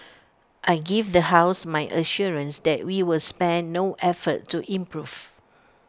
I give the house my assurance that we will spare no effort to improve